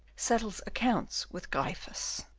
settles accounts with gryphus